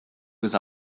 was